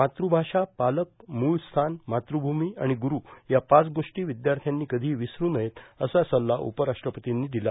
मातृभाषा पालक मूळ स्थान मातृभूमी आणि गुरु या पाच गोष्टी विद्यार्थ्यांनी कधीही विसरु नयेत असा सल्ला उपराष्ट्रपर्तींनी दिला